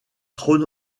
trône